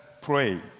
pray